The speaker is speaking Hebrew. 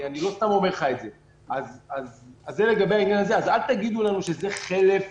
אז אל תגידו לנו שזה חלף